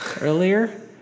earlier